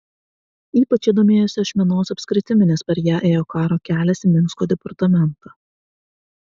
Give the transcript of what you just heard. ypač jie domėjosi ašmenos apskritimi nes per ją ėjo karo kelias į minsko departamentą